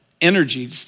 energy